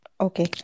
Okay